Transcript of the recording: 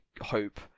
hope